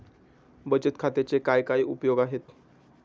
बचत खात्याचे काय काय उपयोग आहेत?